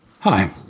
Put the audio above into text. Hi